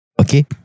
Okay